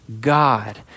God